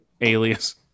Alias